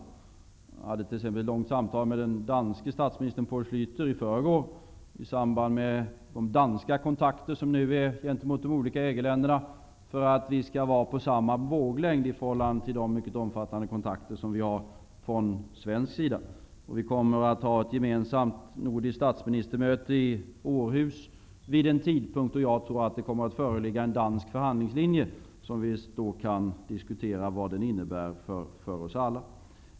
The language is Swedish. Jag hade t.ex. ett långt samtal med den danske statsminister Poul Schlüter i förrgår, i samband med de danska kontakterna med de olika EG-länderna. Det är för att vi skall vara på samma våglängd i förhållande till de mycket omfattande kontakter som vi har från svensk sida. Vi kommer att ha ett nordiskt statsministermöte i Århus vid en tidpunkt då jag tror att det kommer att föreligga en dansk förhandlingslinje. Vi kan då diskutera vad den innebär för oss alla.